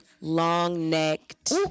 long-necked